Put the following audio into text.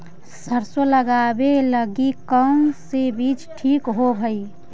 सरसों लगावे लगी कौन से बीज ठीक होव हई?